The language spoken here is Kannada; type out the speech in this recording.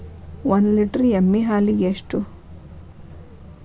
ಒಂದು ಲೇಟರ್ ಎಮ್ಮಿ ಹಾಲಿಗೆ ಎಷ್ಟು?